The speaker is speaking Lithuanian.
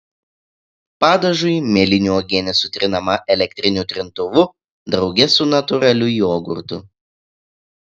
padažui mėlynių uogienė sutrinama elektriniu trintuvu drauge su natūraliu jogurtu